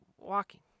walking